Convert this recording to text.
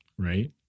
right